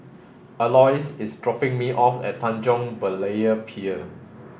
Aloys is dropping me off at Tanjong Berlayer Pier